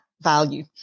value